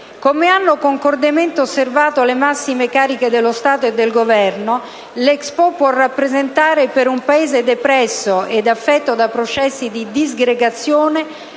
Come hanno concordemente osservato le massime cariche dello Stato e del Governo, l'Expo può rappresentare per un Paese depresso ed affetto da processi di disgregazione